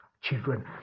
children